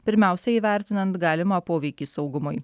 pirmiausia įvertinant galimą poveikį saugumui